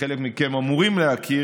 וחלק מכם אמורים להכיר,